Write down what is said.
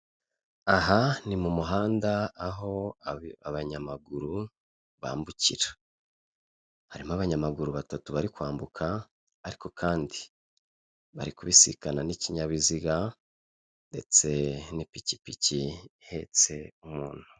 Aha ni mu muhanda aho abanyamaguru bambukira harimo abanyamaguru batatu bari kwambuka ariko kandi bari kubisikana n'ikinyabiziga ndetse n'ipikipiki ihetse umuntu.